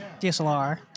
DSLR